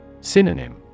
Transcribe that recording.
Synonym